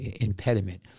impediment